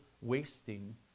wasting